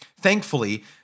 Thankfully